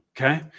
Okay